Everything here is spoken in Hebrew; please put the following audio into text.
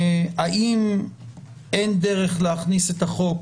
האם אין דרך להכניס את החוק